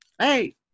Hey